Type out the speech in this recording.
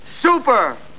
Super